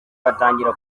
batangira